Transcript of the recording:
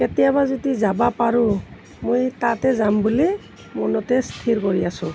কেতিয়াবা যদি যাব পাৰোঁ মই তাতে যাম বুলি মনতে স্থিৰ কৰি আছোঁ